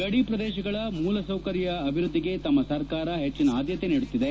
ಗಡಿ ಪ್ರದೇಶಗಳ ಮೂಲಸೌಕರ್ತ ಅಭಿವೃದ್ದಿಗೆ ತಮ್ನ ಸರ್ಕಾರ ಹೆಚ್ಚನ ಅದ್ದತೆ ನೀಡುತ್ತಿದೆ